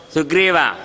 Sugriva